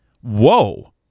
Whoa